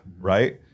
right